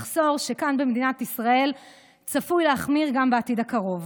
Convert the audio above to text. מחסור שכאן במדינת ישראל צפוי להחמיר בעתיד הקרוב.